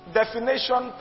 definition